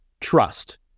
trust